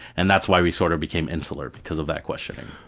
and that's why we sort of became insular because of that questioning.